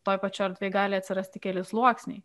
toj pačioj erdvėj gali atsirasti keli sluoksniai